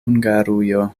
hungarujo